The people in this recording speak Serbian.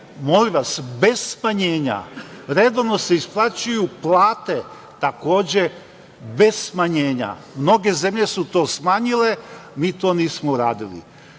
Molim vas, bez smanjenja. Redovno se isplaćuju plate, takođe, bez smanjenja. Mnoge zemlje su to smanjile, mi to nismo uradili. Možda